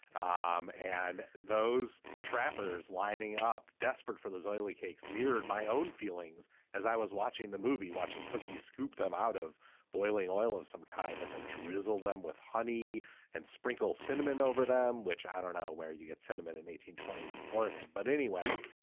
um and those trapper's lining up, desperate for those oily cakes mirrored my own feelings as i was watching the movie, watching cookie scoop them out of boiling oil of some kind and then drizzle them with honey and sprinkle cinnamon over them, which i don't know where you get sentiment. and eighteen twenty s, oregon but anyway,